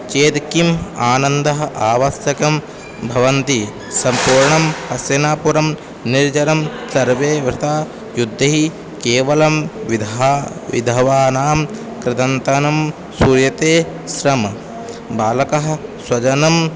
चेत् किम् आनन्दः आवश्यकं भवन्ति सम्पूर्णं हस्सिनापुरं निर्जनं सर्वे वृता युद्धैः केवलं विधा विधवानां कृदन्तनं श्रूर्यते श्रमः बालकः स्वजनं